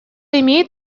имеет